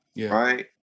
right